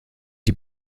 die